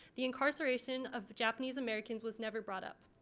the incarceration of japanese americans was never brought up.